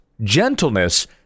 gentleness